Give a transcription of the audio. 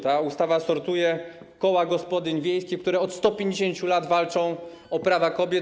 Ta ustawa sortuje koła gospodyń wiejskich, które od 150 lat walczą o prawa kobiet.